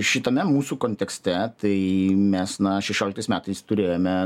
šitame mūsų kontekste tai mes na šešioliktais metais turėjome